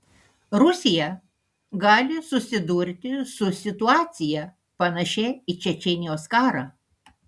rusija gali susidurti su situacija panašia į čečėnijos karą